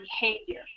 behavior